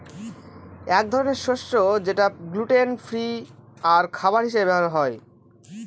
এক ধরনের শস্য যেটা গ্লুটেন ফ্রি আর খাবার হিসাবে ব্যবহার হয়